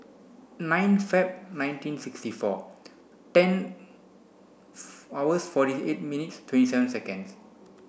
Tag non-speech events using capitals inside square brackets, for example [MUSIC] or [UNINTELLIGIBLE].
nine Feb nineteen sixty four ten [UNINTELLIGIBLE] hours forty eight minutes twenty seven seconds